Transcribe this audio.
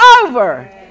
over